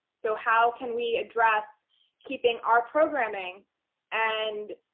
so how can we address keeping our programming and,